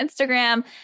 Instagram